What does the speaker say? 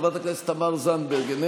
חברת הכנסת תמר זנדברג,